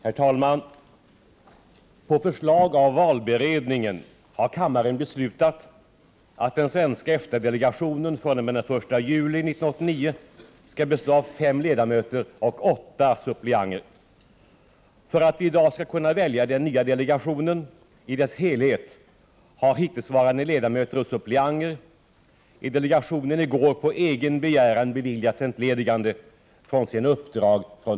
Enligt ett från valberedningen inkommet protokollsutdrag har valberedningen vid sammanträde i går beslutat föreslå att den svenska EFTA delegationen, som i dag består av 5 ledamöter och 5 suppleanter, fr.o.m. den 1 juli skall bestå av 5 ledamöter och 8 suppleanter.